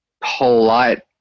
polite